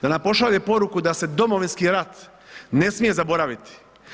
Da nam pošalje poruku da se Domovinski rat ne smije zaboraviti.